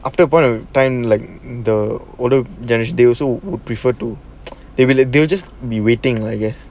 after point of time like the older generation they also would prefer to they will they'll just be waiting I guess